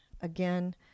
Again